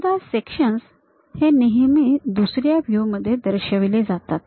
बहुधा सेक्शन्स ही नेहमी दुसऱ्या व्ह्यू मध्ये दर्शविले जातात